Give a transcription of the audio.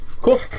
Cool